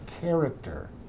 character